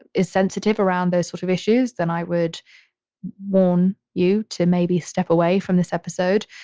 is sensitive around those sort of issues, then i would warn you to maybe step away from this episode.